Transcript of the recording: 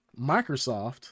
Microsoft